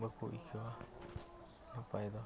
ᱵᱟᱠᱚ ᱟᱹᱭᱠᱟᱹᱣᱟ ᱱᱟᱯᱟᱭ ᱫᱚ